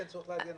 אין צורך בהגנה.